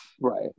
Right